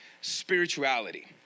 spirituality